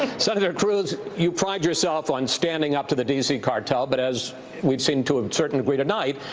senator cruz, you pride yourself on standing up to the d c. cartel, but as we've seen to a certain degree tonight,